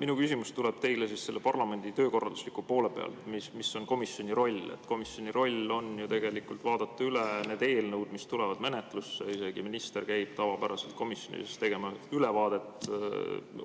Minu küsimus tuleb teile parlamendi töökorraldusliku poole pealt, et mis on komisjoni roll. Komisjoni roll on ju tegelikult vaadata üle need eelnõud, mis tulevad menetlusse, isegi minister käib tavapäraselt komisjonis tegemas ülevaadet